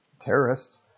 terrorists